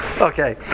Okay